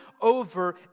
over